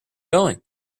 going